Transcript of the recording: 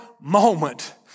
moment